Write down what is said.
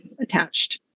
attached